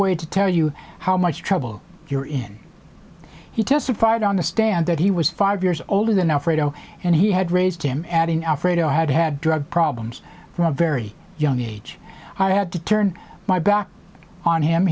way to tell you how much trouble you're in he testified on the stand that he was five years older than alfredo and he had raised him adding alfredo had had drug problems from a very young age i had to turn my back on him